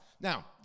Now